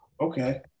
Okay